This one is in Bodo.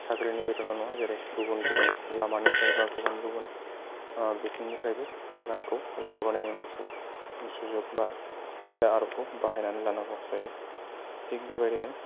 साख्रिनि बेथनल' नङा जेरै गुबुन गुबुन लामानिफ्रायबा गुबुन गुबुन बिथिंनिफ्रायबो रांखौ लाबोनायनि मोनसे सुजुग बा खायदा आरगखौ बाहायनानै लानांगौ जायो थिग बेबायदिनो